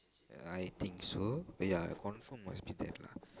I think so ya I confirm must be that lah